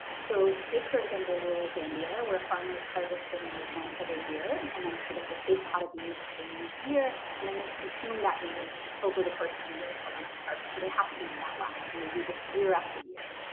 so take, for example, rural zambia, where farmers harvest their maize once every year. and then, so they have a big pot of maize at the beginning of the year. and then they consume that maze over the course of the year until the next harvest. so they have to make that last and they do this year after year,